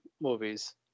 movies